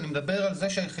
אני מדבר על זה שהיחידות